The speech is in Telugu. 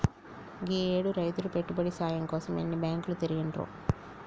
గీయేడు రైతులు పెట్టుబడి సాయం కోసం ఎన్ని బాంకులు తిరిగిండ్రో